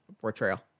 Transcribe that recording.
portrayal